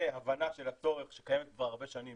והבנה של הצורך שקיים כבר הרבה שנים